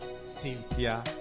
Cynthia